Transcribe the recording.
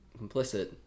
complicit